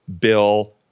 bill